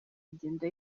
agenda